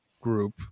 group